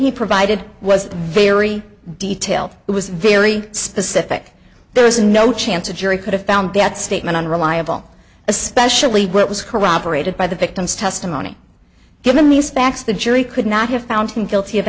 he provided it was very detailed it was very specific there was no chance a jury could have found that statement unreliable especially when it was corroborated by the victim's testimony given these facts the jury could not have found him guilty of